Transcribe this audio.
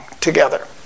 together